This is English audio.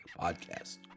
podcast